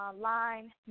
line